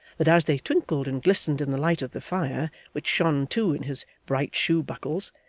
that as they twinkled and glistened in the light of the fire, which shone too in his bright shoe-buckles,